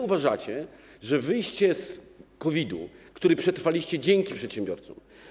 Uważacie, że wyjście z COVID-u, który przetrwaliście dzięki przedsiębiorcom.